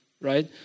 right